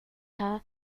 her